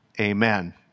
Amen